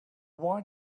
why